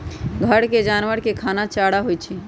घर के जानवर के खाना चारा होई छई